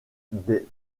des